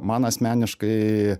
man asmeniškai